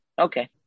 Okay